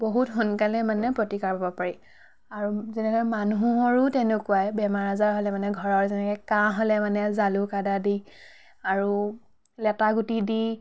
বহুত সোনকালে মানে প্ৰতিকাৰ পাব পাৰি আৰু যেনেদৰে মানুহহৰো তেনেকুৱাই বেমাৰ আজাৰ হ'লে মানে ঘৰৰ যেনেকৈ কাহ হ'লে মানে জালুক আদা দি আৰু লেটা গুটি দি